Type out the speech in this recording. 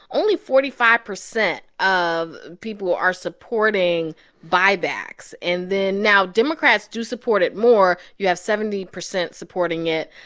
only forty five percent of people are supporting buybacks. and then now, democrats do support it more. you have seventy percent supporting it,